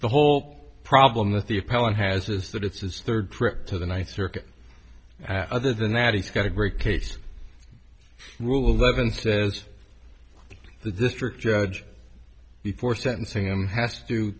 the whole problem with the appellant has is that it's his third trip to the ninth circuit other than that he's got a great case rule eleven says the district judge before sentencing him has to